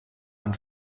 ein